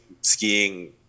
skiing